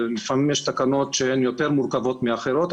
לפעמים יש תקנות שהן יותר מורכבות מאחרות.